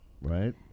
right